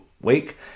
week